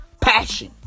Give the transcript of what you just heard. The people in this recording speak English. passion